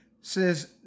says